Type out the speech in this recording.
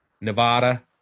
nevada